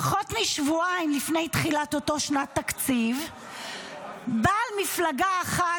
פחות משבועיים לפני תחילת אותה שנת תקציב באה מפלגה אחת,